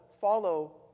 follow